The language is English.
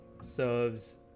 serves